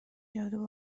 جادو